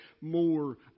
more